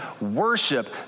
worship